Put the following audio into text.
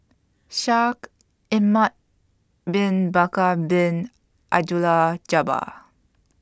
Shaikh Ahmad Bin Bakar Bin Abdullah Jabbar